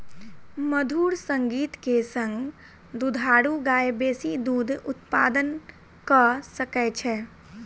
मधुर संगीत के संग दुधारू गाय बेसी दूध उत्पादन कअ सकै छै